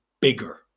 bigger